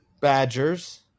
Badgers